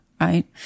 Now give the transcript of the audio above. Right